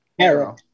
Arrow